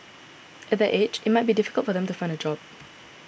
at that age it might be difficult for them to find a job